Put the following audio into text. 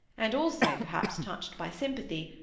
and also, perhaps, touched by sympathy,